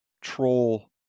troll